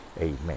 Amen